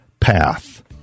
path